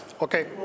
Okay